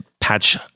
patch